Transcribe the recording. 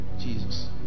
Jesus